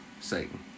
Satan